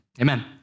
amen